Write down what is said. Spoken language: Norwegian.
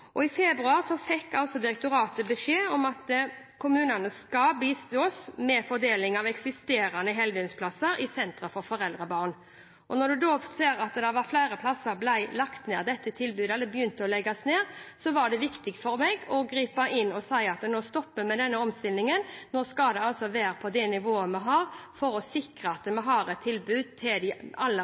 eksisterende heldøgnsplasser i sentre for foreldre og barn. Når vi så at flere plasser i dette tilbudet begynte å legges ned, var det viktig for meg å gripe inn og stoppe omstillingen og si at det skal være på det nivået det er, for å sikre at vi har et tilbud til de aller,